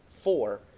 four